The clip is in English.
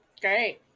Great